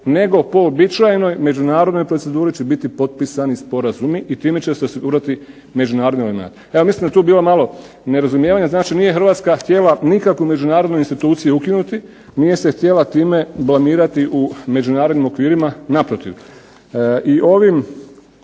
nego po uobičajenoj međunarodnoj proceduri će biti potpisani sporazumi i time će se osigurati međunarodni elemenat. Evo, mislim da je tu bilo malo nerazumijevanja. Znači, nije Hrvatska htjela nikakvu međunarodnu instituciju ukinuti, nije se htjela time blamirati u međunarodnim okvirima – naprotiv. I ovim,